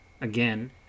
again